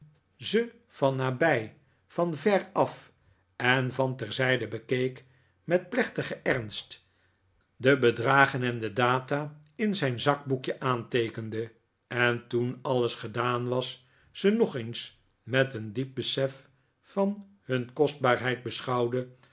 ze van nabij van veraf en van terzijde bekeek met plechtigen ernst de bedragen en de data in zijn zakboekje aanteekende en toen alles gedaan was ze nog eens met een diep besef van hun kostbaarheid beschouwde